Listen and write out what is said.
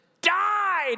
died